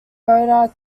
rotor